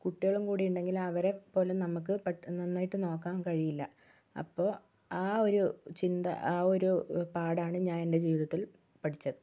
കുട്ടികളും കൂടി ഉണ്ടെങ്കില് അവരെപോലും നമുക്ക് പെട്ടെന്ന് നന്നായിട്ട് നോക്കാൻ കഴിയില്ല അപ്പോൾ ആ ഒരു ചിന്ത ആ ഒരു പാഠാണ് ഞാൻ എൻ്റെ ജീവിതത്തിൽ പഠിച്ചത്